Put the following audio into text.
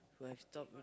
would have stopped